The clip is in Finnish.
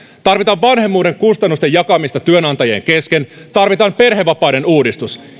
tarvitaan vanhemmuuden kustannusten jakamista työnantajien kesken tarvitaan perhevapaiden uudistus